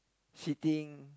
sitting